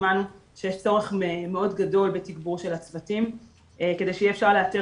שמענו שיש צורך מאוד גדול בתגבור של הצוותים כדי שיהיה אפשר לאתר